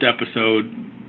episode